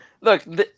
look